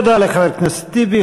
תודה לחבר הכנסת טיבי.